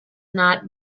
not